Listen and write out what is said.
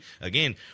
again